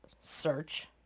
search